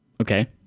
Okay